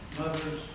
mothers